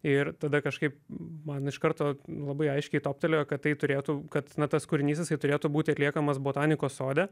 ir tada kažkaip man iš karto labai aiškiai toptelėjo kad tai turėtų kad na tas kūrinys jisai turėtų būti atliekamas botanikos sode